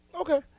Okay